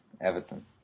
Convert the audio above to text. Everton